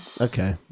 okay